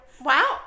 wow